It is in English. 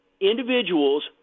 individuals